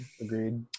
Agreed